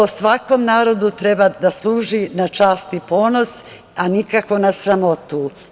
To svakom narodu treba da služi na čast i ponos, a nikako na sramotu.